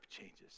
changes